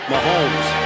Mahomes